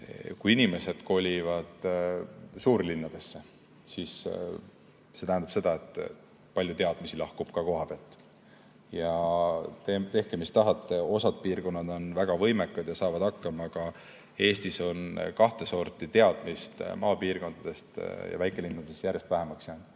kui inimesed kolivad suurlinnadesse, siis see tähendab seda, et ka palju teadmisi lahkub kohapealt. Tehke, mis tahate, osa piirkondi on väga võimekad ja need saavad hakkama, aga Eestis on kahte sorti teadmist maapiirkondadest ja väikelinnadest järjest vähemaks jäänud.